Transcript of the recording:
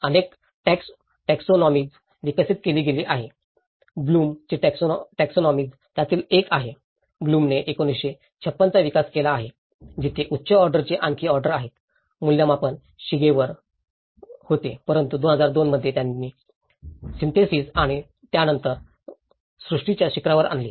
अनेक टॅक्सओनॉमीज विकसित केली गेली आहेत ब्लूमBloomsची टॅक्सओनॉमीज त्यातील एक आहे ब्लूमने 1956 चा विकास केला आहे जिथे उच्च ऑर्डरची खालची ऑर्डर आहे मूल्यमापन शिगेवर होते परंतु २००२ मध्ये त्यांनी सिन्थेसिस आणि नंतर सृष्टीला शिखरावर आणले